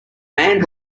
man